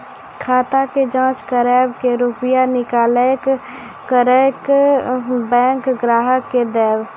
खाता के जाँच करेब के रुपिया निकैलक करऽ बैंक ग्राहक के देब?